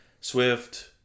Swift